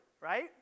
right